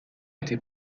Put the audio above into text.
été